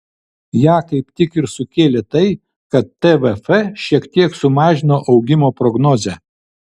ją kaip tik ir sukėlė tai kad tvf šiek tiek sumažino augimo prognozę